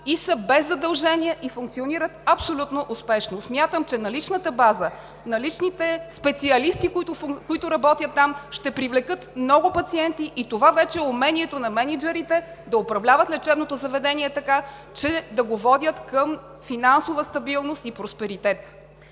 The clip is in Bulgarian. и са без задължения и функционират абсолютно успешно. Смятам, че наличната база, наличните специалисти, които работят там, ще привлекат много пациенти, и това вече е умението на мениджърите да управляват лечебното заведение така, че да го водят към финансова стабилност и просперитет.